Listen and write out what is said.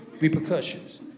Repercussions